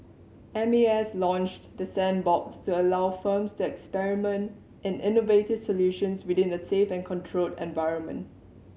M A S launched the sandbox to allow firms to experiment in innovative solutions within a safe and controlled environment